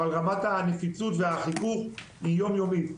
אבל רמת הנפיצות והחיכוך בה הן יום-יומיות.